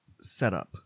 setup